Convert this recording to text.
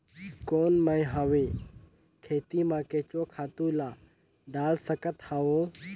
कौन मैं हवे खेती मा केचुआ खातु ला डाल सकत हवो?